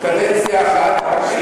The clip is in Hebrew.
חבר הכנסת סלומינסקי,